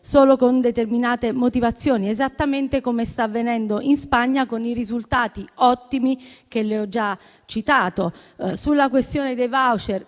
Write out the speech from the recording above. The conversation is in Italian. solo con determinate motivazioni, esattamente come sta avvenendo in Spagna, con i risultati ottimi che le ho già citato. Sulla questione dei *voucher*,